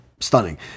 Stunning